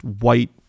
white